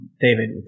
David